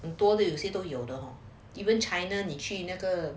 多得有些都有 though even china 你去那个